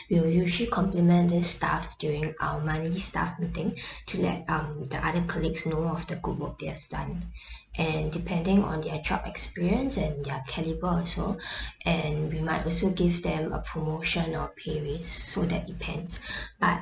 we'll usually compliment this staff during our monthly staff meeting to let um the other colleagues know of the good work they've done and depending on their job experience and their calibre also and we might also give them a promotion or pay raise so that depends but